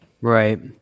Right